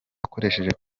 akoresheje